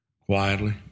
quietly